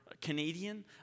Canadian